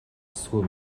ёсгүй